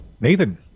Nathan